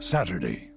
Saturday